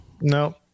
No